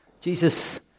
Jesus